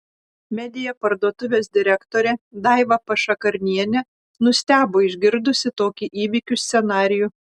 media parduotuvės direktorė daiva pašakarnienė nustebo išgirdusi tokį įvykių scenarijų